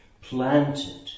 planted